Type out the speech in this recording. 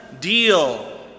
deal